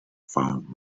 found